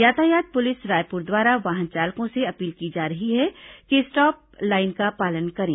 यातायात पुलिस रायपुर द्वारा वाहन चालकों से अपील की जा रही है कि स्टाप लाइन का पालन करें